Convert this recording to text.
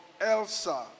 Elsa